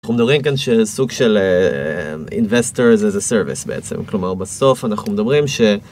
אנחנו מדברים כאן של סוג של investors as a service בעצם כלומר בסוף אנחנו מדברים ש.